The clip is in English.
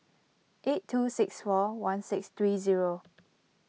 eight two six four one six three zero